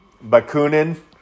bakunin